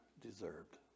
deserved